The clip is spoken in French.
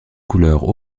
couleur